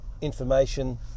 information